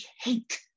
hate